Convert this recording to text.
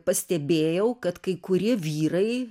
pastebėjau kad kai kurie vyrai